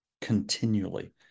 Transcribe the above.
continually